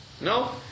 No